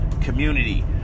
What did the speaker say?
community